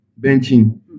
Benching